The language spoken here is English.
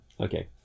Okay